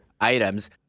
items